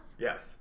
yes